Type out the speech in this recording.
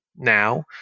Now